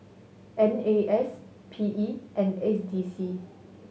N A S P E and S D C